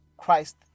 Christ